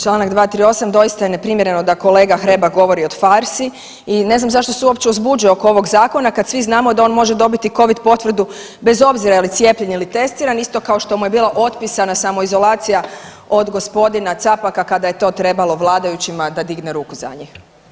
Čl. 238. doista je neprimjereno da kolega Hrebak govori o farsi i ne znam zašto se uopće uzbuđuje oko ovog zakona kad svi znamo da on može dobiti covid potvrdu bez obzir je li cijepljen ili testiran, isto kao što mu je bila otpisana samoizolacija od g. Capaka kada je to trebalo vladajućima da digne ruku za njih.